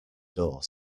door